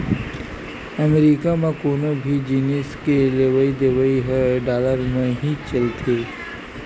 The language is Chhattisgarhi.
अमरीका म कोनो भी जिनिस के लेवइ देवइ ह डॉलर म ही चलथे